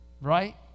right